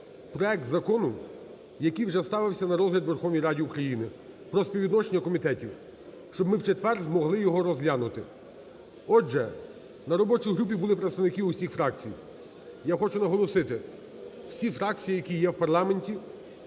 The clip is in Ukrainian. проект закону, який вже ставився на розгляд у Верховній Раді України, про співвідношення комітетів, щоб ми в четвер змогли його розглянути. Отже, на робочій групі були представники усіх фракцій. Я хочу наголосити, всі фракції, які є в парламенті,